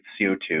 CO2